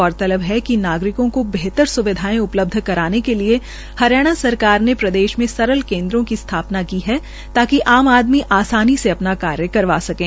गौरतलब है कि नागरिकों को बेहतर स्विधाएं उलब्ध करने के लिए हरियाणा सरकार ने प्रदेश में सरल केन्द्रों की सथापना की है ताकि आम आदमी आसानी से अपना कार्य करवा सकें